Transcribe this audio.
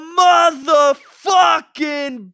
motherfucking